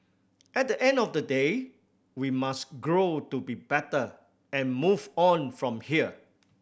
at the end of the day we must grow to be better and move on from here